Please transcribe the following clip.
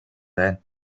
байна